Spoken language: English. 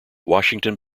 washington